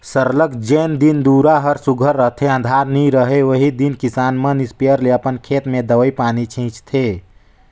सरलग जेन दिन दुरा हर सुग्घर रहथे अंधार नी रहें ओही दिन किसान मन इस्पेयर ले अपन खेत में दवई पानी छींचथें